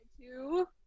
Two